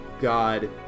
God